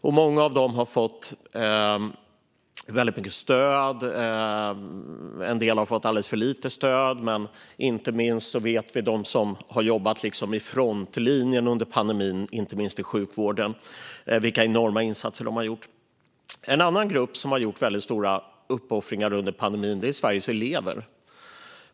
Vi vet vilka enorma insatser de har gjort som har jobbat i frontlinjen under pandemin, inte minst i sjukvården. Många av dem har fått väldigt mycket stöd, medan en del har fått alldeles för lite stöd. En annan grupp som har gjort väldigt stora uppoffringar under pandemin är Sveriges elever.